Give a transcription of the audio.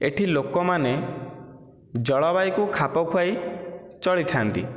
ଏଠି ଲୋକମାନେ ଜଳବାୟୁକୁ ଖାପ ଖୁଆଇ ଚଳିଥାନ୍ତି